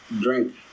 drink